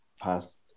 past